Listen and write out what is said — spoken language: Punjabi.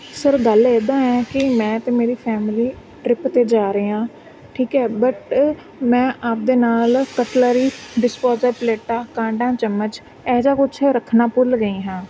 ਸਰ ਗੱਲ ਇੱਦਾਂ ਹੈ ਕਿ ਮੈਂ ਅਤੇ ਮੇਰੀ ਫੈਮਿਲੀ ਟਰਿਪ 'ਤੇ ਜਾ ਰਹੇ ਹਾਂ ਠੀਕ ਹੈ ਬਟ ਮੈਂ ਆਪਣੇ ਨਾਲ ਕਟਲਰੀ ਡਿਸਪੋਜਲ ਪਲੇਟਾਂ ਕਾਂਟਾ ਚਮਚ ਇਹ ਜਿਹਾ ਕੁਛ ਰੱਖਣਾ ਭੁੱਲ ਗਈ ਹਾਂ